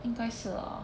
应该是 ah